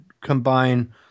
combine